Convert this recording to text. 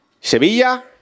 Sevilla